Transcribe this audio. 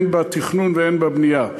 הן בתכנון והן בבנייה.